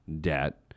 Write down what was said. debt